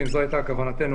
החוק העיקרי), אחרי סעיף 22טז